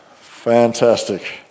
Fantastic